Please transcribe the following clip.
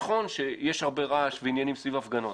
נכון שיש הרבה רעש ועניינים סביב הפגנות,